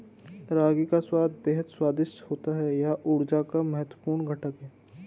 रागी का स्वाद बेहद स्वादिष्ट होता है यह ऊर्जा का महत्वपूर्ण घटक है